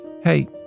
hey